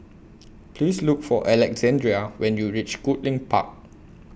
Please Look For Alexandrea when YOU REACH Goodlink Park